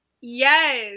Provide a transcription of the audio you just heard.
Yes